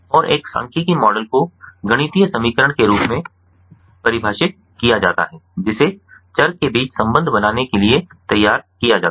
और एक सांख्यिकीय मॉडल को गणितीय समीकरण के रूप में परिभाषित किया जाता है जिसे चर के बीच संबंध बनाने के लिए तैयार किया जाता है